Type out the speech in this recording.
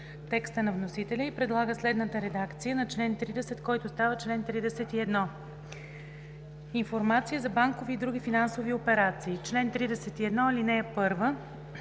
текста на вносителя и предлага следната редакция на чл. 29, който става чл. 30: „Информация за банкови и други финансови сметки Чл. 30. (1)